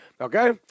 Okay